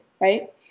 right